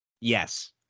Yes